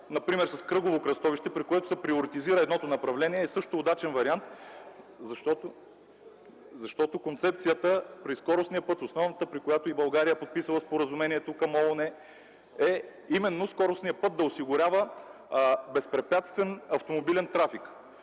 например на кръгово кръстовище, при което се приоритизира едното направление, е също удачен вариант, защото основната концепция при скоростния път, България е подписала Споразумението към ООН, е именно скоростният път да осигурява безпрепятствен автомобилен трафик.